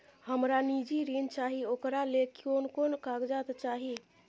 हमरा निजी ऋण चाही ओकरा ले कोन कोन कागजात चाही?